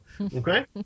Okay